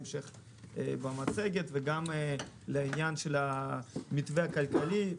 בהמשך במצגת וגם לעניין של המתווה הכלכלי.